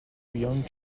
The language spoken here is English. young